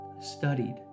studied